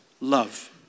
love